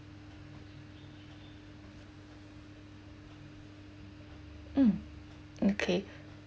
um okay